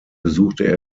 besuchte